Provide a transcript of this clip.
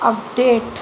update